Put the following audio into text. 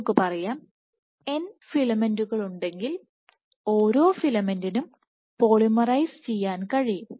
നമുക്ക് പറയാം n ഫിലമെന്റുകളുണ്ടെങ്കിൽ ഓരോ ഫിലമെന്റിനും പോളിമറൈസ്ചെയ്യാൻ കഴിയും